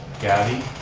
gabby.